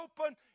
open